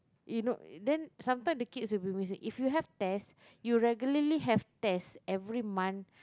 you know then sometime the kids will be missing if you have test you regularly have test every month